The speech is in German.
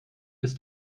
ist